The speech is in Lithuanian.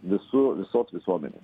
visų visos visuomenės